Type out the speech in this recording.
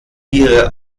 ihre